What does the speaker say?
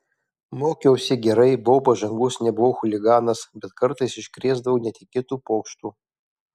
mokiausi gerai buvau pažangus nebuvau chuliganas bet kartais iškrėsdavau netikėtų pokštų